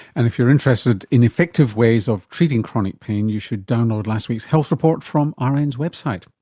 and if you're interested in effective ways of treating chronic pain you should download last week's health report from ah rn's website.